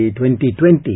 2020